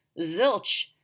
Zilch